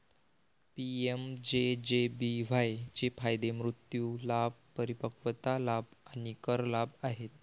PMJJBY चे फायदे मृत्यू लाभ, परिपक्वता लाभ आणि कर लाभ आहेत